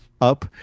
up